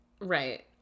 Right